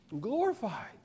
Glorified